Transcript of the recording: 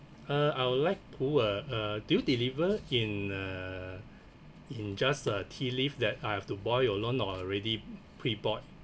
uh I would like pu erh uh do you deliver in uh in just a tea leaf that I have to boil alone or already pre boiled